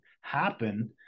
happen